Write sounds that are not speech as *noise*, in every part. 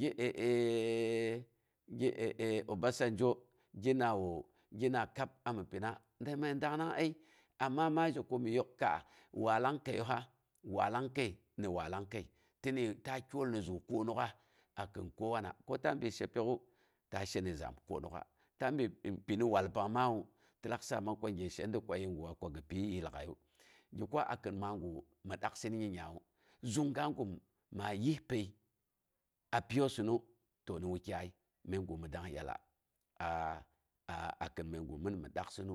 Gi *hesitation* gi *hesitation* obasanjo gi nawo, gina kab ani pina, nde məi dangnang ai. Amma ma zhe komi yok ta wallang kəiyu fa wallang kei ni wallang kəi, tinni, ta kyol ni zu ko nok'as a kin kowana, ko ta bin shepyok'u ta she ni saam konok'a, ta bin pini wal pang maawu, ti lak saamag ko gye sheda ko yeguwa kwa gi pi yiiyii lagaiyu. Gi kwa a kin maagu mi daksɨn nyingnyawu, zung ga gum maa yispəi a pyioysɨmu, to ni wukyai məigu mi dang yalla *hesitation* kin məigu mɨn mɨ dak sɨnu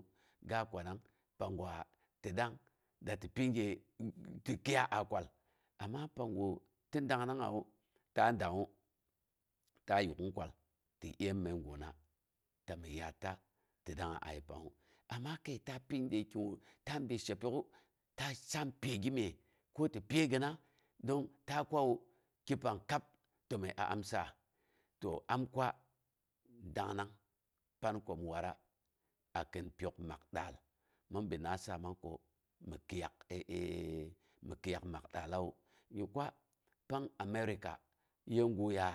gaa kwanang pang gwa ti dang, da tɨ kii gye, ti kɨɨya aa kwal. Amma panggu ti dangnangngewu, taa dangngu, ta yuk'ung kwal ti dyeem məiguna ta mi yaatta ti dangnga a yepangngu. Amma kəi ta pin gye kigu ta bin shepyok'a, ta saamu pyai gimyes, ko ti pyai gina, don ta kwawu ki pang kab təməi a amsigas, to am kwa dangnang pan ko mi watra a kin pyok makdaal mɨn binna saamang ko kɨiyal *hesitation* mɨ kɨiyak mak daalawu. Gi kwa pang america yeguya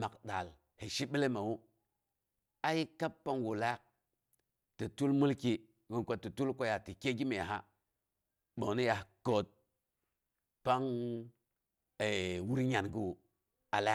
mak daal hi shibilonəi wu, ai kab panggu laak ti pi mulki mi kwa ti tul, mulki mi kwati tul ti kye gimyesa ɓongnongyaat kəat pang *hesitation* wur nyangiwu, ala